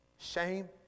shame